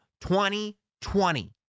2020